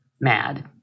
mad